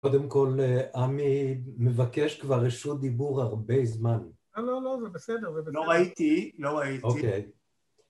קודם כל, עמי מבקש כבר איזשהו דיבור הרבה זמן. לא, לא, לא, זה בסדר, זה בסדר. לא ראיתי, לא ראיתי. אוקיי.